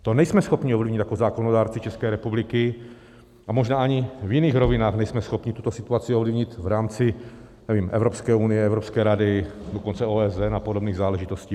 To nejsme schopni ovlivnit jako zákonodárci České republiky a možná ani v jiných rovinách nejsme schopni tuto situaci ovlivnit v rámci, nevím, Evropské unie, Evropské rady, dokonce OSN a podobných záležitostí.